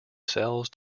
cells